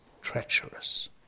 treacherous